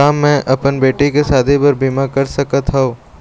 का मैं अपन बेटी के शादी बर बीमा कर सकत हव?